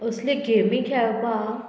असली गेमी खेळपाक